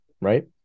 right